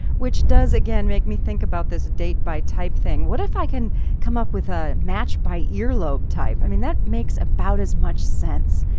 which does again make me think about this date by type thing. what if i can come up with a match by ear lobe type? i mean that makes about as much sense.